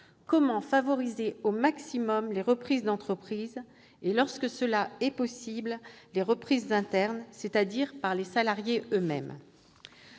comment favoriser au maximum les reprises d'entreprises et, lorsque c'est possible, les reprises internes, c'est-à-dire par les salariés eux-mêmes ?